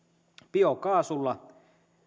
biokaasulla